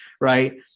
Right